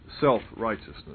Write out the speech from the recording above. self-righteousness